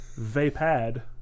Vapad